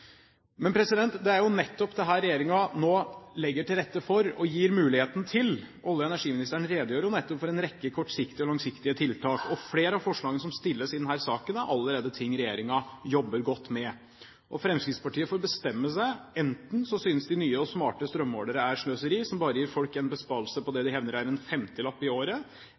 Men det er jo nettopp dette regjeringen nå legger til rette for og gir muligheten til. Olje- og energiministeren redegjør jo nettopp for en rekke kortsiktige og langsiktige tiltak. Flere av forslagene som stilles i denne saken, er ting regjeringen allerede jobber godt med. Fremskrittspartiet får bestemme seg – enten synes de nye og smarte strømmålere er sløseri som bare gir folk en besparelse på det de hevder er en femtilapp i året,